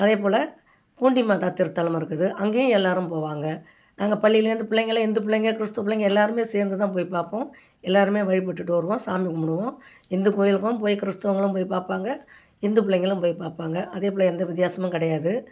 அதேபோல் பூண்டி மாதா திருத்தலம் இருக்குது அங்கேயும் எல்லோரும் போவாங்க நாங்கள் பள்ளியிலேருந்து பிள்ளைங்கள இந்து பிள்ளைங்க கிறிஸ்து பிள்ளைங்க எல்லோருமே சேர்ந்து தான் போய் பார்ப்போம் எல்லோருமே வழிபட்டுட்டு வருவோம் சாமி கும்பிடுவோம் இந்து கோயிலுக்கும் போய் கிறிஸ்துவங்களும் போய் பார்ப்பாங்க இந்து பிள்ளைங்களும் போய் பார்ப்பாங்க அதேபோல எந்த வித்தியாசமும் கிடையாது